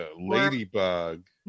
ladybug